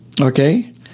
Okay